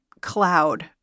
cloud